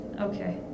Okay